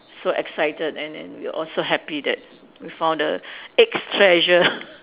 so excited and and we all so happy that we found the eggs treasure